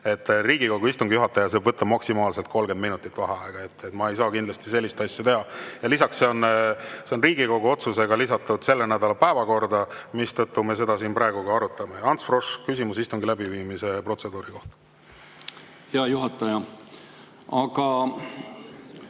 Riigikogu istungi juhataja saab võtta maksimaalselt 30 minutit vaheaega. Ma ei saa kindlasti sellist asja teha. Lisaks on see [eelnõu] Riigikogu otsusega lisatud selle nädala päevakorda, mistõttu me seda siin praegu ka arutame. Ants Frosch, küsimus istungi läbiviimise protseduuri kohta. Aitäh, hea